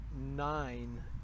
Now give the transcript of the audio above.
nine